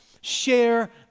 share